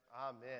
Amen